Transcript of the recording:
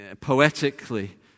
poetically